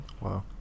Wow